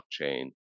blockchain